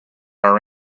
our